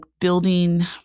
building